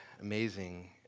amazing